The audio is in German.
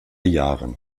jahren